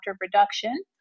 reduction